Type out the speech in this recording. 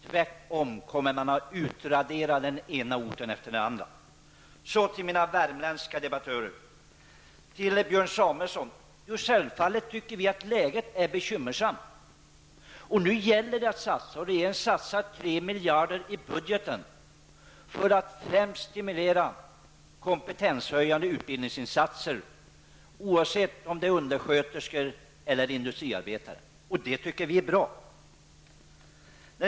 Tvärtom kommer det att utradera den ena orten efter den andra. Så till mina värmländska debattörer. Till Björn Samuelson vill jag säga att vi självfallet tycker att läget är bekymmersamt. Nu gäller det att satsa. Regeringen satsar tre miljarder i budgeten för att främst stimulera kompetenshöjande utbildningsinsatser, oavsett om det gäller undersköterskor eller industriarbetare. Det tycker vi är bra.